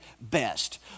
best